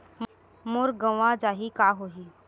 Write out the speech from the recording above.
मोर गंवा जाहि का होही?